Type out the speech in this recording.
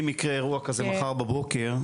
אם יקרה אירוע כזה מחר בבוקר,